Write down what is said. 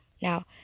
Now